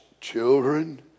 children